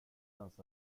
ens